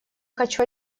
хочу